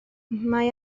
mae